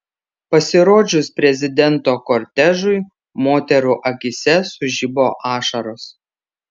pasirodžius prezidento kortežui moterų akyse sužibo ašaros